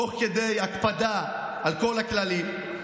תוך כדי הקפדה על כל הכללים,